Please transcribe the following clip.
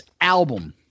album